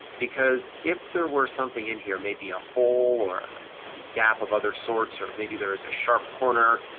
because if there were something in here, maybe a hole or gap of other sorts, or maybe there is a sharp corner,